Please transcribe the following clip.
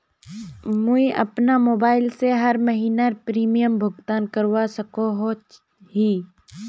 मुई अपना मोबाईल से हर महीनार प्रीमियम भुगतान करवा सकोहो ही?